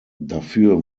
dafür